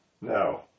No